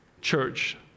church